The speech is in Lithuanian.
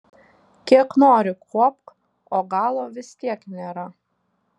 kiek nori kuopk o galo vis tiek nėra